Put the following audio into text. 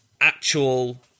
actual